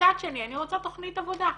מצד שני אני רוצה תכנית עבודה.